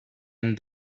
and